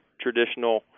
traditional